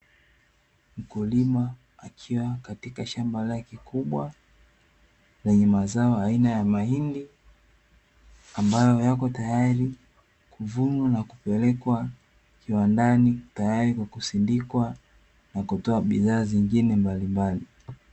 Mkulima akiwa katika shamba lake kubwa lenye mazao aina ya mahindi ambayo yako tayari kuvunwa na kupelekwa kiwandani tayari kwa kusindikwa na kutoa bidhaa zingine mbalimbali.